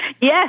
Yes